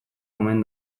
omen